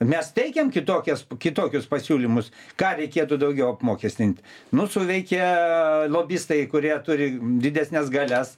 mes teikiam kitokias kitokius pasiūlymus ką reikėtų daugiau apmokestinti nu suveikė lobistai kurie turi didesnes galias